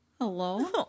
Hello